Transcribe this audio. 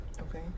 Okay